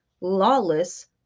lawless